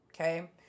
okay